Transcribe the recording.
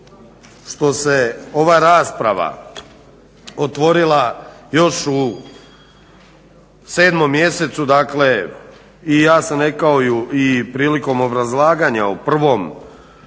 što se ova rasprava otvorila još u 7.mjesecu i ja sam rekao prilikom obrazlaganja u prvom